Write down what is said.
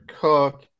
Cook